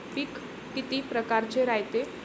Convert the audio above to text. पिकं किती परकारचे रायते?